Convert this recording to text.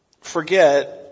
forget